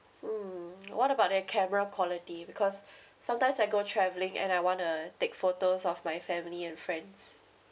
mm what about the camera quality because sometimes I go travelling and I wanna take photos of my family and friends